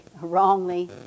wrongly